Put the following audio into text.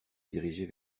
diriger